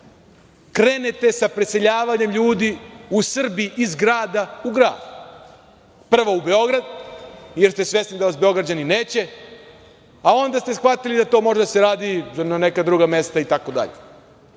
krenete sa preseljavanjem ljudi u Srbiji iz grada u grad, prvo u Beograd jer ste svesni da vas Beograđani neće, a onda ste shvatili da to može da se radi za neka druga mesta itd.